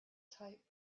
tight